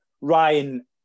Ryan